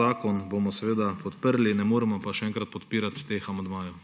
Zakon bomo seveda podprli, ne moremo pa, še enkrat, podpirati teh amandmajev.